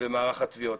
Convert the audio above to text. ומערך התביעות.